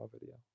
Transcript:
video